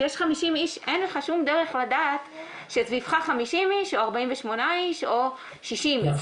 כשיש 50 איש אין לך שום דרך לדעת שסביבך 50 איש או 48 איש או 60 איש,